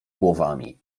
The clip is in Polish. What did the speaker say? głowami